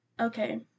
Okay